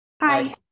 Hi